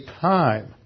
time